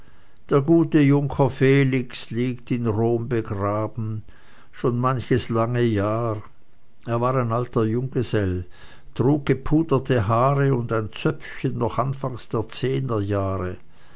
der gute junker felix liegt in rom begraben schon manches lange jahr er war ein alter junggesell trug gepuderte haare und ein zöpfchen noch anfangs der zehner jahre